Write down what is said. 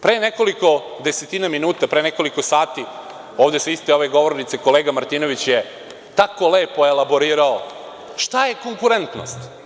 Pre nekoliko desetina minuta, pre nekoliko sati ovde sa iste ove govornice kolega Martinović je tako lepo elaborirao šta je konkurentnost.